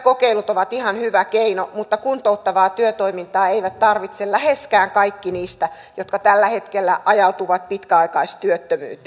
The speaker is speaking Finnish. työkokeilut ovat ihan hyvä keino mutta kuntouttavaa työtoimintaa eivät tarvitse läheskään kaikki niistä jotka tällä hetkellä ajautuvat pitkäaikaistyöttömyyteen